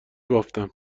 بافتم